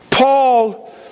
Paul